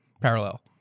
Parallel